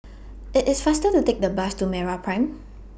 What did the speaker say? IT IS faster to Take The Bus to Meraprime